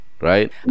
right